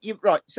right